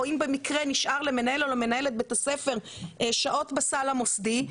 או אם במקרה נשאר למנהל או למנהלת בית הספר שעות בסל המוסדי,